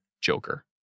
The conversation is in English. Joker